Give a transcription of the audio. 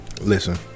Listen